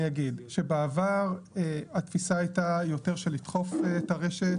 בעבר התפיסה הייתה יותר של לדחוף את הרשת,